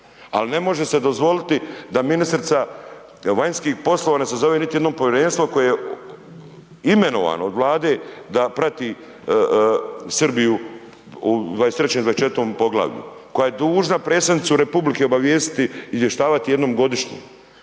ali ne može se dozvoliti da ministrica vanjskih poslova ne sazove niti jednom povjerenstvo koje je imenovano od Vlade da prati Srbiju u 23. i 24. poglavlju. Koja je dužna predsjednicu republike obavijestiti, izvještavati jednom godišnje.